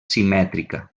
simètrica